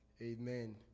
Amen